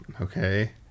Okay